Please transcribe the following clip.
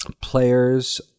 players